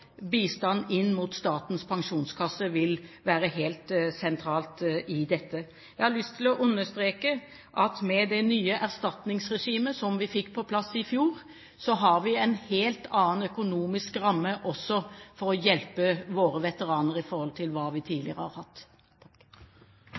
være helt sentralt i dette. Jeg har lyst til å understreke at med det nye erstatningsregimet som vi fikk på plass i fjor, har vi en helt annen økonomisk ramme for å hjelpe våre veteraner i forhold til hva vi